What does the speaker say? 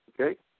okay